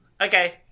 Okay